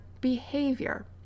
behavior